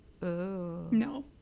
no